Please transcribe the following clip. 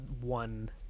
one